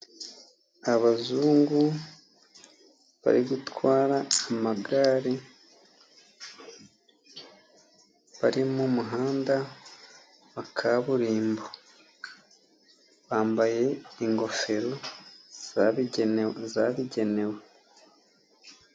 Abazungu bari gutwara amagare bari mu muhanda wa kaburimbo, bambaye ingofero zabugenewe zabugenewe.